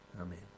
Amen